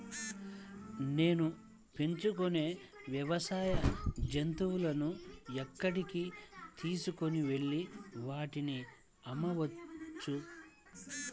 నేను పెంచుకొనే వ్యవసాయ జంతువులను ఎక్కడికి తీసుకొనివెళ్ళి వాటిని అమ్మవచ్చు?